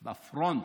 בפרונט.